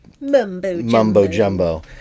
mumbo-jumbo